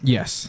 Yes